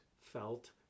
felt